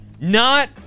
Not-